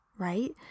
right